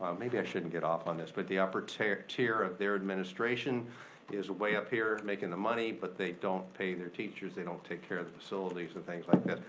maybe i shouldn't get off on this. but the upper tier tier of their administration is way up here, makin' the money, but they don't pay their teachers, they don't take care of facilities, and things like that.